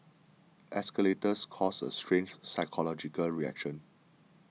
escalators cause a strange psychological reaction